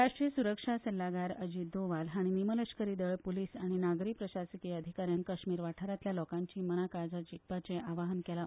राष्ट्रीय सुरक्षा सल्लागार अजीत दोवाल हांणी निमलश्करी दळ पुलीस आनी नागरी प्रशासकी अधिकाऱ्यांक कश्मीर वाठारांतल्या लोकांची मनां काळजां जिखपाचें आवाहन केलां